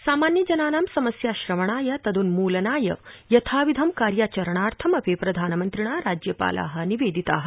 सामान्यजनानां समस्या श्रवणाय तद्न्मूलनाय यथाविधं कार्याचरणार्थमपि प्रधनमन्त्रिणा राज्यपाला निवेदिता